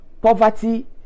poverty